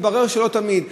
התברר שלא תמיד.